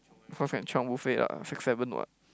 of course can chiong buffet lah six seven [what]